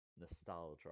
Nostalgia